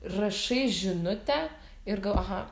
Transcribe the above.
rašai žinutę ir gal aha